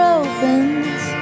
opens